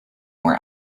were